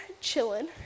chilling